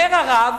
אומר הרב: